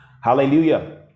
Hallelujah